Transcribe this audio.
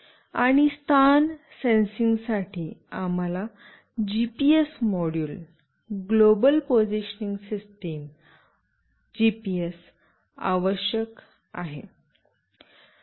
आणि स्थान सेन्सिंगसाठी आम्हाला GPS module global positioning system आवश्यक आहे